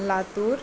Latur